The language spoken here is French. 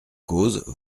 cause